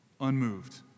Unmoved